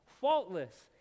faultless